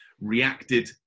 reacted